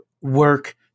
work